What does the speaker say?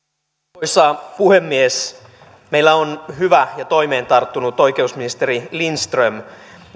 arvoisa puhemies meillä on hyvä ja toimeen tarttunut oikeusministeri lindström